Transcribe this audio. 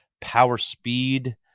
power-speed